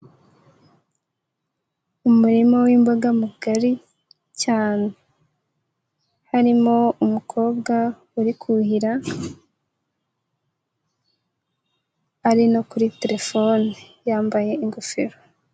Umurima w'imboga mugari cyane, harimo umukobwa uri kuhira, ari no kuri terefone, yambaye ingofero.